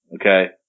Okay